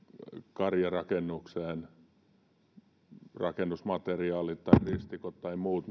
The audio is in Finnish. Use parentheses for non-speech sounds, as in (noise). karjarakennukseen rakennusmateriaalit tai ristikot tai muut (unintelligible)